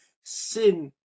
sin